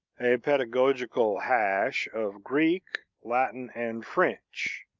a pedagogical hash of greek, latin, and french